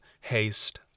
haste